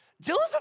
Joseph